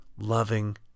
loving